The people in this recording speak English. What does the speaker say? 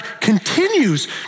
continues